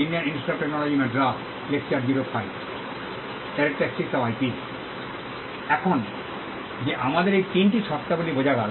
এখন যে আমাদের এই 3 টি শর্তাবলী বোঝা গেল